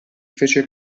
fece